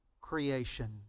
creation